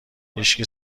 هیشکی